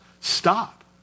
stop